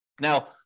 Now